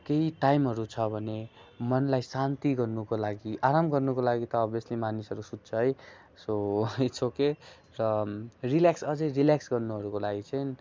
केही टाइमहरू छ भने मनलाई शान्ति गर्नुको लागि आराम गर्नुको लागि त अभियस्ली मानिसहरू सुत्छ है सो इट्स ओके र रिल्याक्स अझै रिल्याक्स गर्नुहरूको लागि चाहिँ